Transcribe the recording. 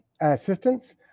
assistance